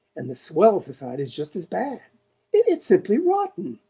and the swell society's just as bad it's simply rotten.